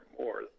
more